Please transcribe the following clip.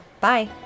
Bye